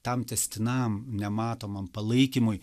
tam tęstinam nematomam palaikymui